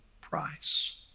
price